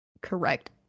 correct